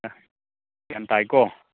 ꯑꯥ ꯒ꯭ꯌꯥꯟ ꯇꯥꯏꯀꯣ